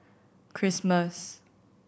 Christmas